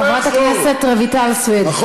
חברת הכנסת רויטל סויד, בבקשה.